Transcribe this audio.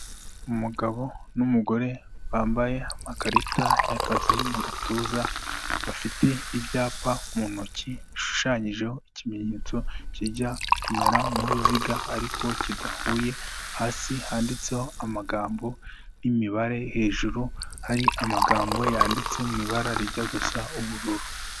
Umugabo n'umugore bambaye amakarita y'akazi mu gatuza bafite ibyapa mu ntoki bishushanyijeho ikimenyetso kijya kumera nk'uruziga ariko kidahuye, hasi handitseho amagambo n'imibare, hejuru hari amagambo yanditse mu ibara rijya gusa ubururu.